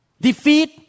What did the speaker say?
defeat